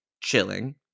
chilling